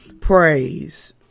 praise